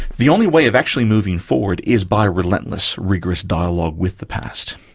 the only way of actually moving forward is by relentless, rigorous dialogue with the past.